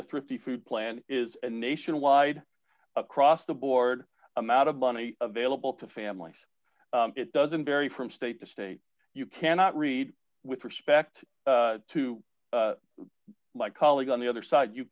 the thrifty food plan is and nationwide across the board amount of money available to families it doesn't vary from state to state you cannot read with respect to like colleagues on the other